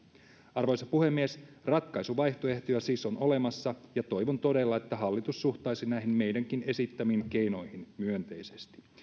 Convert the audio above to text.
arvoisa puhemies ratkaisuvaihtoehtoja siis on olemassa ja toivon todella että hallitus suhtautuisi näihin meidänkin esittämiimme keinoihin myönteisesti